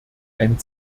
ein